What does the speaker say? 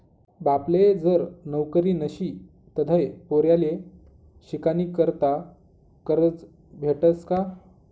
बापले जर नवकरी नशी तधय पोर्याले शिकानीकरता करजं भेटस का?